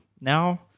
now